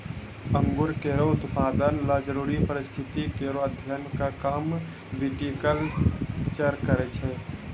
अंगूर केरो उत्पादन ल जरूरी परिस्थिति केरो अध्ययन क काम विटिकलचर करै छै